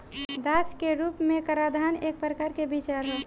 दास के रूप में कराधान एक प्रकार के विचार ह